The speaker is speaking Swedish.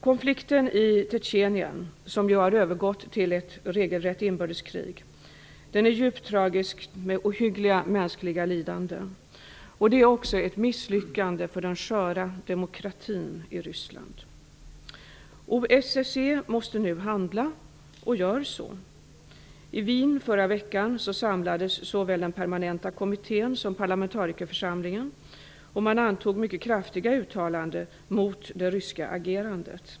Konflikten i Tjetjenien, som ju övergått till ett regelrätt inbördeskrig, är djupt tragisk med ohyggliga mänskliga lidanden. Den är också ett misslyckande för den sköra demokratin i Ryssland. OSSE måste nu handla och gör så. I Wien förra veckan samlades såväl den permanenta kommittén som parlamentarikerförsamlingen och man antog mycket kraftiga uttalanden mot det ryska agerandet.